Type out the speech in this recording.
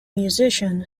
musician